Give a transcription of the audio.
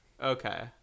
Okay